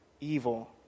evil